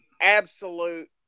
absolute